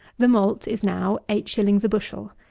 the malt is now eight shillings a bushel,